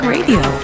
Radio